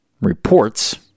reports